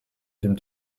dem